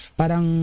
parang